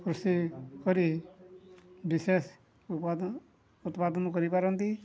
କୃଷି କରି ବିଶେଷ ଉତ୍ପାଦ ଉତ୍ପାଦନ କରିପାରନ୍ତି